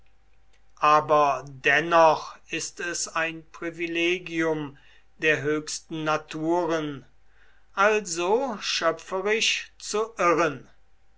aber dennoch ist es ein privilegium der höchsten naturen also schöpferisch zu irren